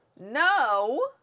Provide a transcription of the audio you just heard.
no